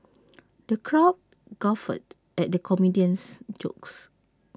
the crowd guffawed at the comedian's jokes